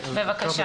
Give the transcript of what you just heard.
בבקשה.